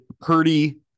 Purdy